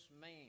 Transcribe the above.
man